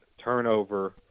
turnover